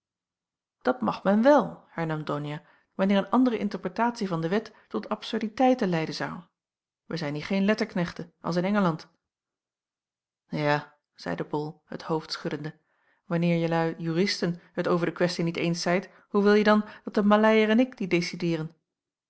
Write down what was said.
dat mag men wel hernam donia wanneer een andere interpretatie van de wet tot absurditeiten leiden zou wij zijn hier geen letterknechten als in engeland ja zeide bol het hoofd schuddende wanneer jijlui juristen het over de questie niet eens zijt hoe wilje dan dat de maleier en ik die